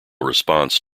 response